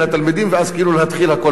ואז כאילו להתחיל הכול מחדש.